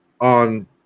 on